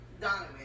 Donovan